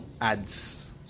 ads